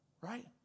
right